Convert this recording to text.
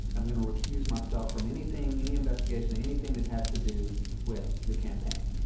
i'm going to recuse myself from anything any investigation, anything that has to do with the campaign.